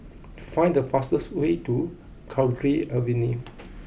find the fastest way to Cowdray Avenue